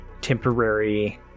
temporary